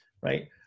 right